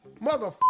mother